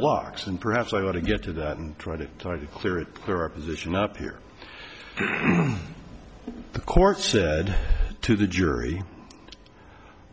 blocks and perhaps i want to get to that and try to clear it for a position up here the court said to the jury